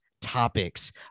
topics